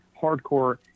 hardcore